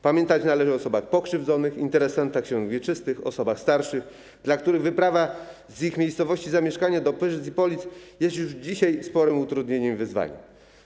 Pamiętać należy o osobach pokrzywdzonych, interesantach ksiąg wieczystych, osobach starszych, dla których wyprawa z ich miejscowości zamieszkania do Pyrzyc i Polic jest już dzisiaj sporym utrudnieniem i wyzwaniem.